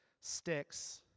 Sticks